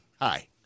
Hi